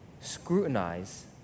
scrutinize